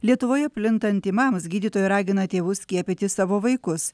lietuvoje plintant tymams gydytojai ragina tėvus skiepyti savo vaikus